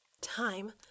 time